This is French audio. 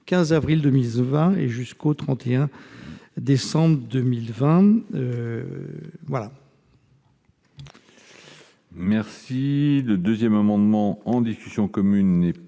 15 avril 2020 et jusqu'au 31 décembre 2020.